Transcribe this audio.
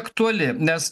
aktuali nes